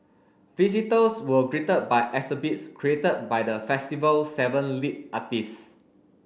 visitors were greeted by exhibits created by the festival's seven lead artists